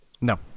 No